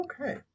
okay